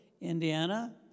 Indiana